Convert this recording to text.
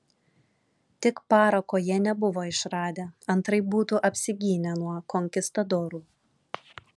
tik parako jie nebuvo išradę antraip būtų apsigynę nuo konkistadorų